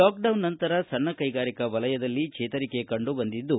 lockdown ನಂತರ ಸಣ್ಣ ಕೈಗಾರಿಕೆ ವಲಯದಲ್ಲಿ ಚೇತರಿಕೆ ಕಂಡು ಬಂದಿದ್ದು